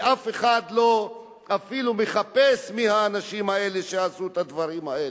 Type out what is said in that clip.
ואף אחד אפילו לא מחפש מי האנשים האלה שעשו את הדברים האלה.